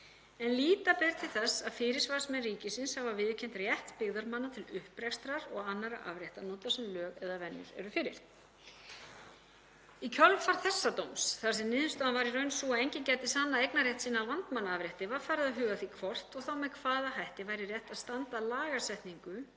en líta ber til þess, að fyrirsvarsmenn ríkisins hafa viðurkennt „rétt byggðarmanna til upprekstrar og annarra afréttarnota, sem lög eða venjur eru fyrir.“ Í kjölfar þessa dóms, þar sem niðurstaðan var í raun sú að enginn gæti sannað eignarrétt sinn að Landmannaafrétti, var farið að huga að því hvort og þá með hvaða hætti væri rétt að standa að lagasetningu